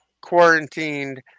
quarantined